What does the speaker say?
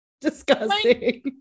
Disgusting